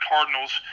Cardinals